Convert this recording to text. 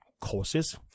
courses